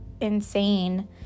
insane